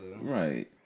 Right